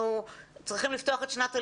אנחנו צריכים לפתוח את שנת הלימודים,